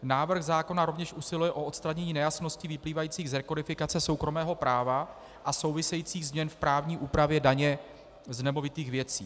Návrh zákona rovněž usiluje o odstranění nejasností vyplývajících z rekodifikace soukromého práva a souvisejících změn v právní úpravě daně z nemovitých věcí.